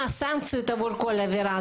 מה הסנקציות עבור כל עבירה,